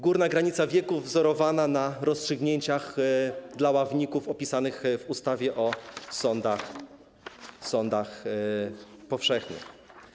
górną granicę wieku, wzorowaną na rozstrzygnięciach dla ławników opisanych w ustawie o sądach powszechnych.